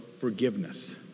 forgiveness